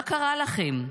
מה קרה לכם?